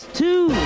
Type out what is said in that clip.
two